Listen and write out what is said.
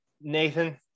Nathan